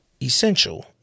Essential